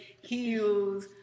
heels